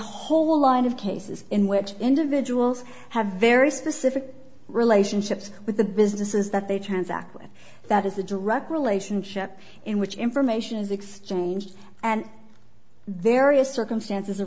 whole line of cases in which individuals have very specific relationships with the businesses that they transact with that is the direct relationship in which information is exchanged and there are circumstances